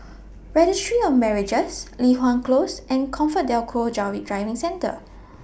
Registry of Marriages Li Hwan Close and ComfortDelGro Driving Centre